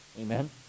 Amen